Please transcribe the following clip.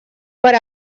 per